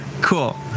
cool